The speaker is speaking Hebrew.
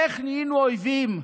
איך נהיינו אויבים?